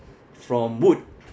from wood